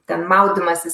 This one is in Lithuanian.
ten maudymasis